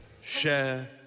share